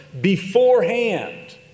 beforehand